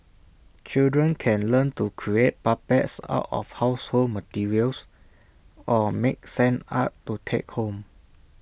children can learn to create puppets out of household materials or make sand art to take home